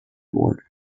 board